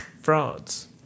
frauds